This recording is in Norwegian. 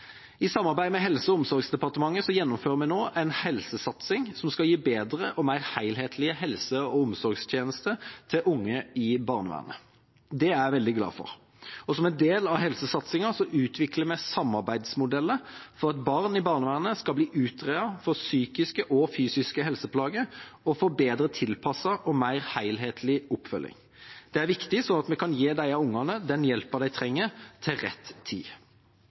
I samarbeid med Helse- og omsorgsdepartementet gjennomfører vi nå en helsesatsing som skal gi bedre og mer helhetlige helse- og omsorgstjenester til unge i barnevernet. Det er jeg veldig glad for. Og som en del av helsesatsingen utvikler vi samarbeidsmodeller for at barn i barnevernet skal bli utredet for psykiske og fysiske helseplager og få bedre tilpasset og mer helhetlig oppfølging. Det er viktig, sånn at vi kan gi disse ungene den hjelpen de trenger, til rett tid.